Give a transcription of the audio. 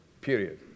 Period